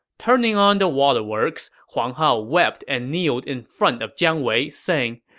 turning on the waterworks, huang hao wept and kneeled in front of jiang wei, saying,